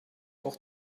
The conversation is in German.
auch